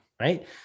right